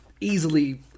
easily